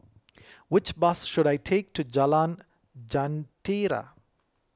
which bus should I take to Jalan Jentera